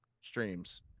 streams